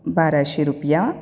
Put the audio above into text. बाराशीं रुपया